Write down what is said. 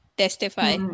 testify